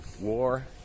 war